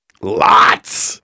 LOTS